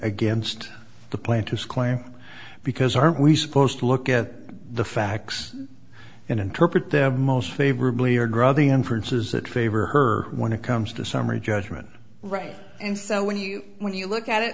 against the plaintiffs claim because aren't we supposed to look at the facts and interpret them most favorably or draw the inference is that favor her when it comes to summary judgment right and so when you when you look at it